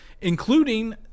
including